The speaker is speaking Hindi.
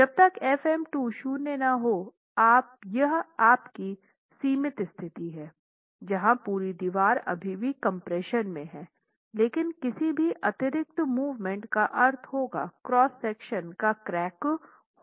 जब तक fm2 शून्य न हो यह आपकी आपकी सीमित स्थिति है जहां पूरी दीवार अभी भी कम्प्रेशन में है लेकिन किसी भी अतिरिक्त मूवमेंट का अर्थ होगा क्रॉस सेक्शन का क्रैक होना